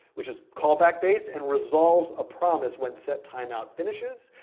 which is callback based, and resolves a promise when set timeout finishes,